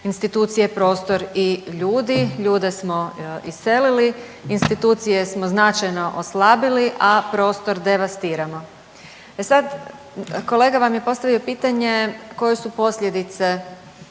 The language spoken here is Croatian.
institucije, prostor i ljudi, ljude smo iselili, institucije smo značajno oslabili, a prostor devastiramo. E sad, kolega vam je postavio pitanje koje su posljedice